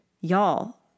Y'all